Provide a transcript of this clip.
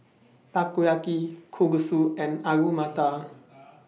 Takoyaki Kalguksu and Alu Matar